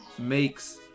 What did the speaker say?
makes